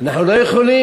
אנחנו לא יכולים,